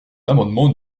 l’amendement